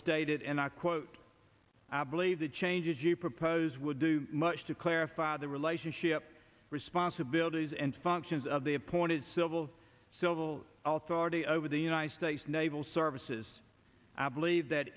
stated and i quote i believe the changes you propose would do much to clarify the relationship responsibilities and functions of the appointed civil civil authority over the united states naval services i believe that